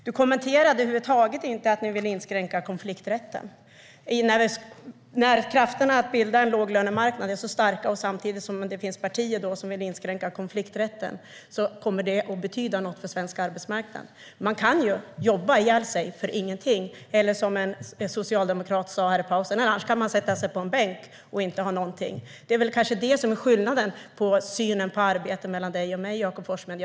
Du kommenterade över huvud taget inte att ni vill inskränka konflikträtten, Jakob Forssmed. Att krafterna för att bilda en låglönemarknad är starka samtidigt som det finns partier som vill inskränka konflikträtten kommer att betyda något för svensk arbetsmarknad. Man kan jobba ihjäl sig för ingenting, eller - som en socialdemokrat sa här i pausen - så kan man sätta sig på en bänk och inte ha någonting. Det är väl kanske det som är skillnaden i synen på arbete mellan dig och mig, Jakob Forssmed.